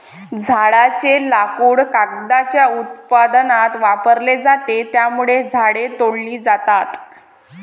झाडांचे लाकूड कागदाच्या उत्पादनात वापरले जाते, त्यामुळे झाडे तोडली जातात